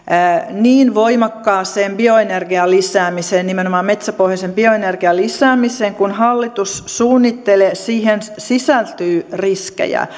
niin voimakkaaseen bioenergian lisäämiseen nimenomaan metsäpohjaisen bioenergian lisäämiseen kuin mitä hallitus suunnittelee sisältyy riskejä